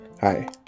Hi